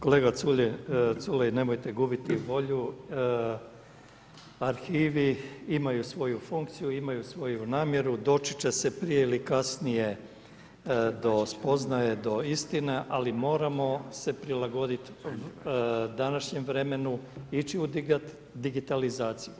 Kolega Culej, nemojte gubiti volju, arhivi imaju svoju funkciju, imaju svoju namjeru, doći će se prije ili kasnije do spoznaje, do istine, ali moramo se prilagoditi današnjem vremenu, ići u digitalizaciju.